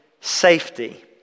safety